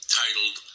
titled